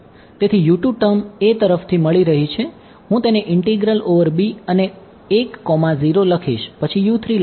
તેથી term A તરફથી મળી રહી છે હું તેને ઇંટીગ્રલ ઓવર b અને 10 લખીશ પછી લખાશે